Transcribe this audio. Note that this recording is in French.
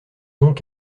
donc